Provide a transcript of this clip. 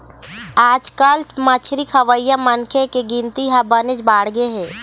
आजकाल मछरी खवइया मनखे के गिनती ह बनेच बाढ़गे हे